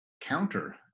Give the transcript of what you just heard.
counter